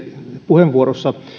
puheenvuorossa